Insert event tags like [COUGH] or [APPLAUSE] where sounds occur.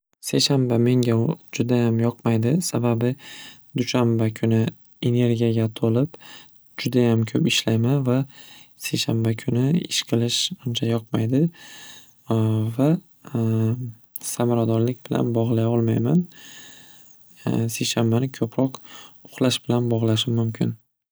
Seshanba menga judayam yoqmaydi sababi dushanba kuni energiyaga to'lib judayam ko'p ishlayman va seshanba kuni ish qilish uncha yoqmaydi [HESITATION] va [HESITATION] samaradorlik bilan bog'lay olmayman [HESITATION] seshanbani ko'proq uhlash bilan bog'lashim mumkin.